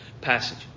passage